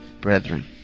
brethren